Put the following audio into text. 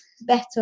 better